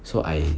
so I